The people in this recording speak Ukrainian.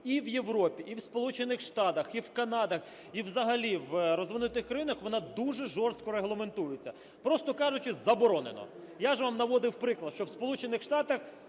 і в Європі, і в Сполучених Штатах, і в Канаді, і взагалі в розвинутих країнах вона дуже жорстко регламентується, просто кажучи, заборонено. Я ж вам наводив приклад, що в Сполучених Штатах,